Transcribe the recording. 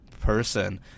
person